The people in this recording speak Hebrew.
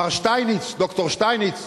מר שטייניץ, ד"ר שטייניץ,